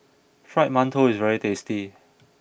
Fried Mantou is very tasty